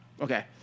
Okay